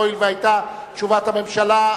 הואיל והיתה תשובת הממשלה,